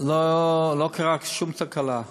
לא קרה שום תקלה,